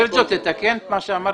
סרצ'ו, תתקן את מה שאמרת.